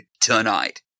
tonight